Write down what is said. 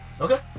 Okay